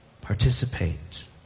participate